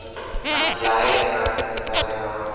अब कमतियाये बर धर ले हवय